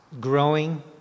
growing